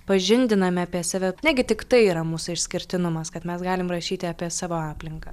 pažindiname apie save negi tik tai yra mūsų išskirtinumas kad mes galim rašyti apie savo aplinką